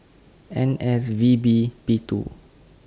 N S V B P two